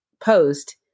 post